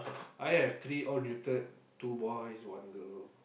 I have three all neutered two boys one girl